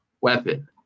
weapon